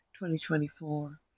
2024